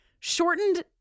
Shortened